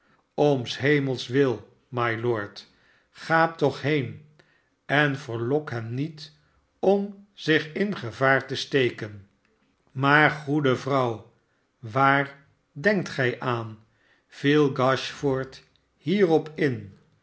s hemels wil mylord ga toch heen en verlok hem niet om zich in gevaar te steken smaar goede vrouw waar denkt gij aan viel gashford hierop in